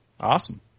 awesome